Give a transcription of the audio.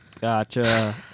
Gotcha